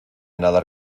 nadar